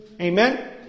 Amen